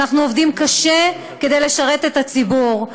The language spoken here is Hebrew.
ואנחנו עובדים קשה כדי לשרת את הציבור,